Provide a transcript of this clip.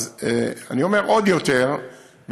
אני אומר עוד יותר.